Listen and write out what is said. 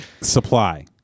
Supply